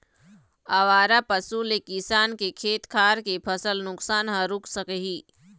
आवारा पशु ले किसान के खेत खार के फसल नुकसान ह रूक सकही